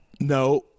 no